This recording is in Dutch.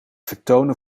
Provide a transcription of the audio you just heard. vertonen